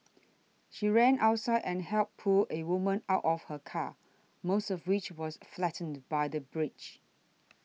she ran outside and helped pull a woman out of her car most of which was flattened by the bridge